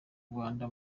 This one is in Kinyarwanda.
rwanda